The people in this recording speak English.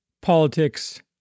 politics